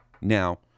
Now